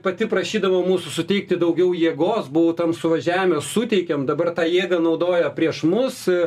pati prašydavo mūsų suteikti daugiau jėgos buvo tam suvažiavime suteikėm dabar tą jėgą naudoja prieš mus